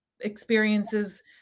experiences